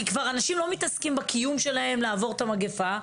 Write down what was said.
כי כבר אנשים לא מתעסקים בקיום שלהם לעבור את המגיפה.